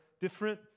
different